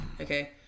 Okay